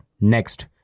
Next